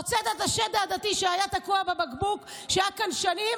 הוצאת את השד העדתי שהיה תקוע בבקבוק שהיה כאן שנים,